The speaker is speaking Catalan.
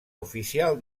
oficial